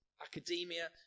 Academia